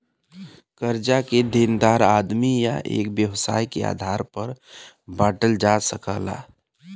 कर्जा के देनदार आदमी या एक व्यवसाय के आधार पर बांटल जाला